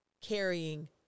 carrying